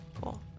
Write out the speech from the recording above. cool